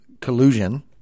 collusion